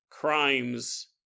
crimes